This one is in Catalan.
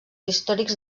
històrics